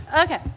Okay